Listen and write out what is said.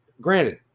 Granted